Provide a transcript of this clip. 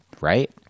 right